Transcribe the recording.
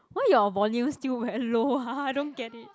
why your volume still very low ah I don't get it